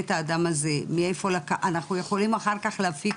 אנחנו יכולים אחר כך להפיק